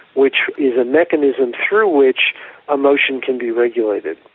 which is a mechanism through which emotion can be regulated.